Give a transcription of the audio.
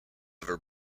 ever